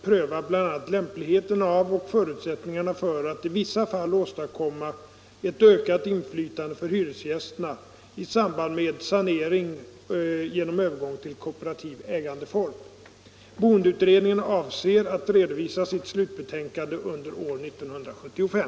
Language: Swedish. Är jordbruksministern beredd att medverka till detta genom att förlänga remisstiden till förslagsvis den 1 juli 1975?